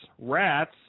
Rats